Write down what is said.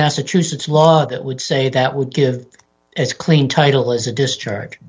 massachusetts law that would say that would give as clean title as a discharge